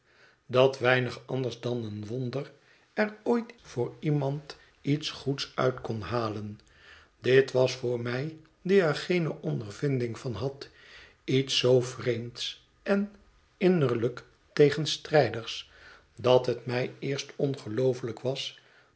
dat weinig anders dan een wonder er ooit voor iemand iets goeds uit kon halen dit was voor mij die er geene ondervinding van had iets zoo vreemds en innerlijk tegenstrijd igs dat het mij eerst ongelooflijk was